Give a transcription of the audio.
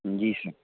جی سر